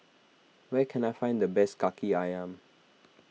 where can I find the best Kaki Ayam